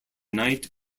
night